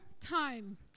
time